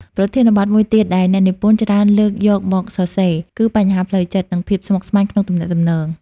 ប្រធានបទមួយទៀតដែលអ្នកនិពន្ធច្រើនលើកយកមកសរសេរ គឺបញ្ហាផ្លូវចិត្ត និងភាពស្មុគស្មាញក្នុងទំនាក់ទំនង។